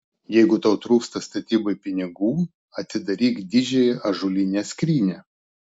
jeigu tau trūksta statybai pinigų atidaryk didžiąją ąžuolinę skrynią